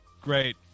great